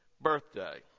birthday